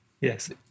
yes